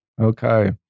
Okay